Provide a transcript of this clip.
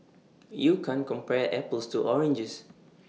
you can't compare apples to oranges